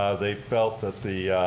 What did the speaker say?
ah they felt that the